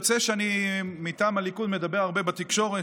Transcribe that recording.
יוצא שאני מטעם הליכוד מדבר הרבה בתקשורת.